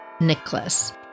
Nicholas